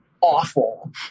awful